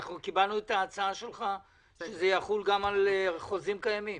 קיבלנו את ההצעה שלך שזה יחול גם על חוזים קיימים.